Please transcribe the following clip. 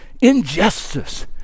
injustice